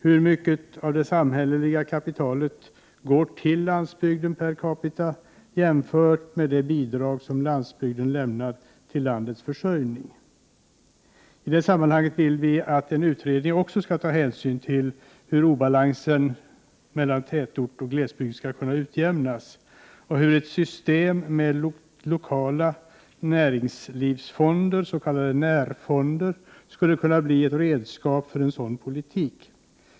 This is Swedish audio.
Hur mycket av det samhälleliga kapitalet per capita går till landsbygden jämfört med det bidrag landsbygden lämnar till landets försörjning? I det sammanhanget vill vi att en utredning också skall ta hänsyn till hur obalansen mellan tätort och glesbygd skall kunna utjämnas och hur ett system med lokala näringslivsfonder, s.k. närfonder, skulle kunna bli ett redskap för en sådan politik.